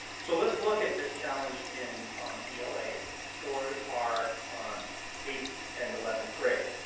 so let's look at this challenge in ela for our eighth and eleventh grade.